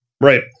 Right